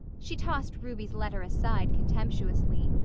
she tossed ruby's letter aside contemptuously.